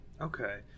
Okay